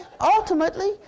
ultimately